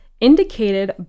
indicated